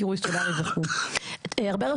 קירוי סולרי,